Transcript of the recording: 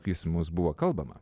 kismus buvo kalbama